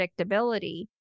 predictability